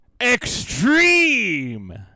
Extreme